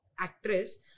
actress